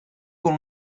con